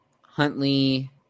Huntley